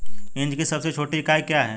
Inch की सबसे छोटी इकाई क्या है?